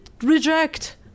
reject